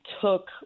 took